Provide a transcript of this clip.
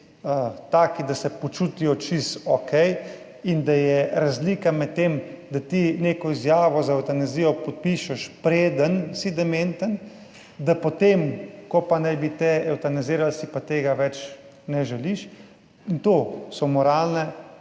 taki, da se počutijo čisto okej in da je razlika med tem, da ti neko izjavo za evtanazijo podpišeš, preden si dementen, da potem, ko pa naj bi te evtanazirali, si pa tega več ne želiš. In to so moralne